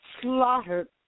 slaughtered